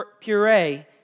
puree